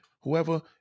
whoever